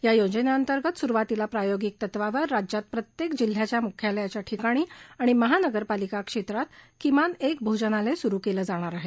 या योजनेंतर्गत सुरुवातीला प्रायोगिक तत्वावर राज्यात प्रत्येक जिल्ह्याच्या मुख्यालयाच्या ठिकाणी आणि महानगरपालिका क्षेत्रात किमान एक भोजनालय सुरू केलं जाणार आहे